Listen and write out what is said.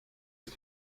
ist